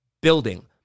building